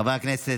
חברי הכנסת,